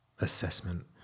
assessment